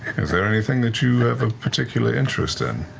is there anything that you have a particular interest in?